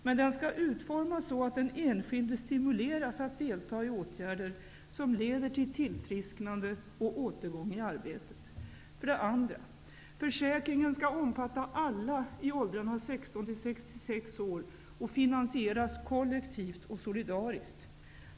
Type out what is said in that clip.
Men den skall utformas så att den enskilde stimuleras att delta i åtgärder som leder till tillfrisknande och återgång i arbetet. 66 år och finansieras kollektivt och solidariskt.